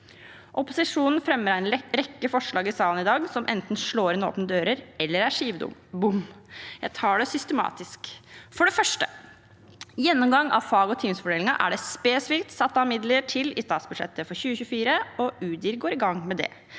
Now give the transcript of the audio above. Opposisjonen fremmer en rekke forslag i salen i dag, som enten slår inn åpne dører eller er skivebom. Jeg tar det systematisk. For det første: Gjennomgang av fag- og timefordelingen er det spesifikt satt av midler til i statsbudsjettet for 2024, og Utdanningsdirektoratet